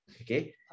Okay